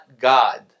God